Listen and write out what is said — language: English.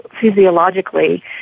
physiologically